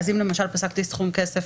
אז אם למשל פסקתי סכום כסף,